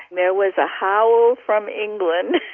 there was a howl from england